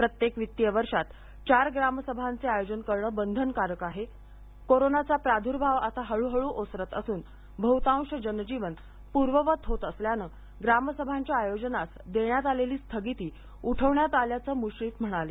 प्रत्येक वित्तीय वर्षात चार ग्रामसभांचे आयोजन बंधनकारक आहे कोरोनाचा प्रादुर्भाव आता हळूहळू ओसरत असून बहुतांश जनजीवन पूर्ववत होत असल्याने ग्रामसभांच्या आयोजनास देण्यात आलेली स्थगिती उठवण्यात आल्याचं मुश्रीफ म्हणाले